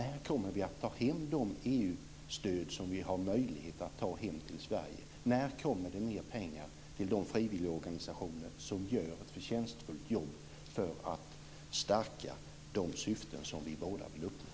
När kommer vi att ta hem de EU-stöd som vi har möjlighet att ta hem till Sverige? När kommer det mer pengar till de frivilligorganisationer som gör ett förtjänstfullt jobb för att vinna de syften som vi båda vill vinna?